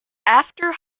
after